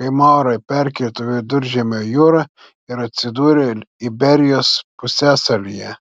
kai maurai perkirto viduržemio jūrą ir atsidūrė iberijos pusiasalyje